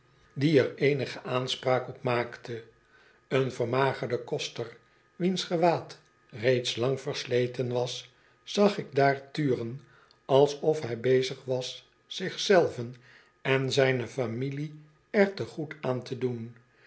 die er eenige aanspraak op maakte een vermagerde koster wiens gewaad reeds lang versleten was zag ik daar turen alsof hij bezig was zich zelven en zijne familie er te goed aan te doen